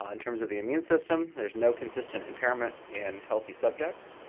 um in terms of the immune system, there's no consistent impairment in healthy subjects.